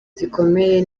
gikomeye